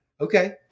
Okay